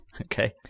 Okay